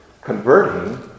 converting